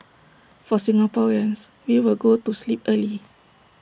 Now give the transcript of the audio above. for Singaporeans we will go to sleep early